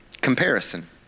Comparison